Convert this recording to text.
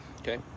Okay